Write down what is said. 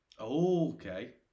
okay